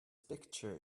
picture